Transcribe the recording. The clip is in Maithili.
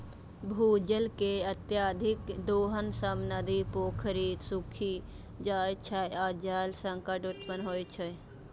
भूजल के अत्यधिक दोहन सं नदी, पोखरि सूखि जाइ छै आ जल संकट उत्पन्न होइ छै